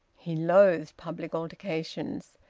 he loathed public altercations.